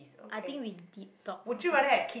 I think we deep talk